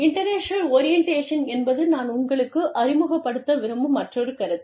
international orientation என்பது நான் உங்களுக்கு அறிமுகப்படுத்த விரும்பும் மற்றொரு கருத்து